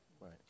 right